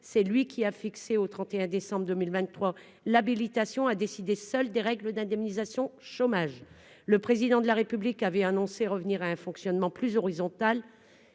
c'est lui qui a fixé au 31 décembre 2023 l'habilitation à décider seul des règles d'indemnisation chômage, le président de la République avait annoncé, revenir à un fonctionnement plus horizontal